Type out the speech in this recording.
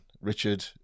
Richard